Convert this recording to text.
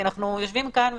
אנחנו יושבים כאן,